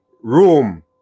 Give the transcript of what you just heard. room